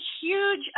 huge